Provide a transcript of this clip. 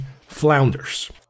flounders